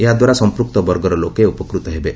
ଏହାଦ୍ୱାରା ସମ୍ପୁକ୍ତ ବର୍ଗର ଲୋକେ ଉପକୃତ ହେବେ